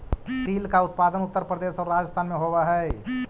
तिल का उत्पादन उत्तर प्रदेश और राजस्थान में होवअ हई